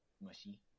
mushy